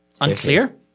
unclear